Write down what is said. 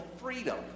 freedom